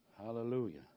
Hallelujah